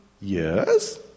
Yes